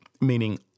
meaning